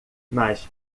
mas